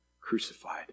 crucified